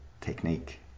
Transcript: technique